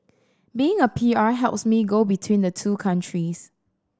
being a P R helps me go between the two countries